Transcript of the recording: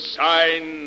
sign